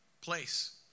place